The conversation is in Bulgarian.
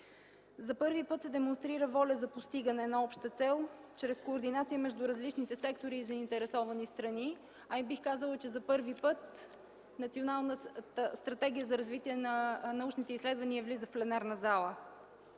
За първи път се демонстрира воля за постигане на обща цел чрез координация на различните сектори и заинтересовани страни, а и бих казала, че за първи път Националната стратегия за развитие на научните изследвания влиза в пленарна зала.